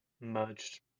merged